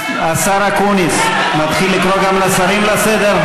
השר אקוניס, להתחיל לקרוא גם שרים לסדר?